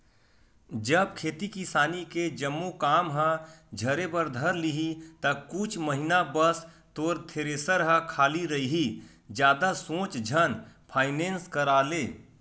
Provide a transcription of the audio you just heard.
जब खेती किसानी के जम्मो काम ह झरे बर धर लिही ता कुछ महिना बस तोर थेरेसर ह खाली रइही जादा सोच झन फायनेंस करा ले